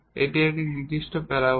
এটি একটি নির্দিষ্ট প্যারাবোলা